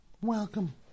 Welcome